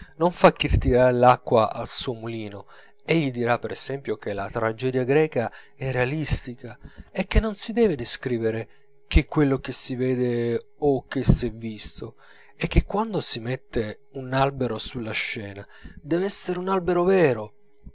non fa che tirar l'acqua al suo mulino egli dirà per esempio che la tragedia greca è realistica e che non si deve descrivere che quello che si vede o che s'è visto e che quando si mette un albero sulla scena dev'essere un albero vero